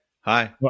Hi